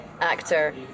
actor